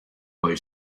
poi